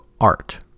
art